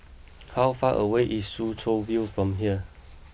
how far away is Soo Chow View from here